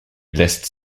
lists